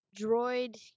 droid